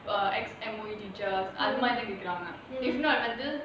uh ex M_O_E teachers அது மாதிரி இருக்குறாங்க:athu maathiri irukuranga if not வந்து:vanthu